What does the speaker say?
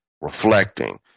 reflecting